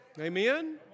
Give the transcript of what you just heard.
Amen